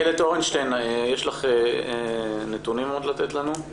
איילת אורנשטיין, יש לך עוד נתונים לתת לנו?